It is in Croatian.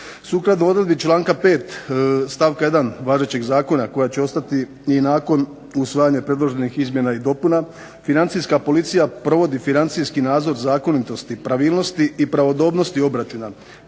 Sukladno odredbi članka 5. stavka 1. važećeg zakona koja će ostati i nakon usvajanja predloženih izmjena i dopuna Financijska policija provodi financijski nadzor, zakonitosti, pravilnosti i pravodobnosti obračuna